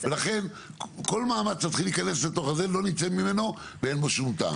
ולכן כל מאמץ להתחיל להיכנס לתוך הזה לא נמצא ממנו ואין בו שום טעם.